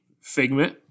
Figment